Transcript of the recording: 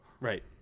Right